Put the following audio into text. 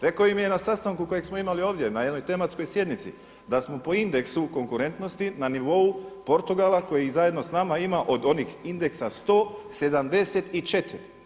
Rekao im je na sastanku kojeg smo imali ovdje na jednoj tematskoj sjednici, da smo po indeksu konkurentnosti na nivou Portugala koji zajedno s nama ima od onih indeksa 100, 74.